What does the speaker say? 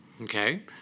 Okay